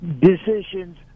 decisions